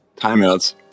timeouts